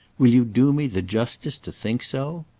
will you do me the justice to think so?